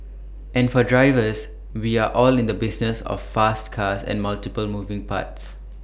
and for drivers we are all in the business of fast cars and multiple moving parts